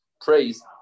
praise